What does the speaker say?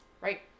Right